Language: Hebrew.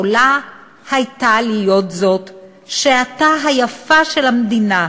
יכולה הייתה להיות זאת שעתה היפה של המדינה,